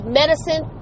medicine